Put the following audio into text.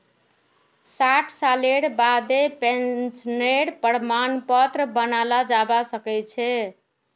साठ सालेर बादें पेंशनेर प्रमाण पत्र बनाल जाबा सखछे